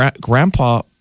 grandpa